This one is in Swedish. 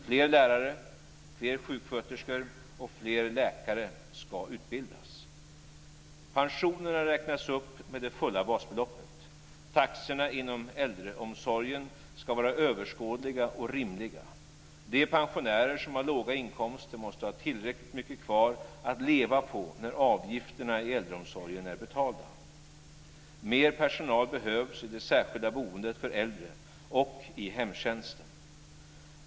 Fler lärare, fler sjuksköterskor och fler läkare ska utbildas. Pensionerna räknas upp med det fulla basbeloppet. Taxorna inom äldreomsorgen ska vara överskådliga och rimliga. De pensionärer som har låga inkomster måste ha tillräckligt mycket kvar att leva på när avgifterna i äldreomsorgen är betalda. Mer personal behövs i det särskilda boendet för äldre och i hemtjänsten.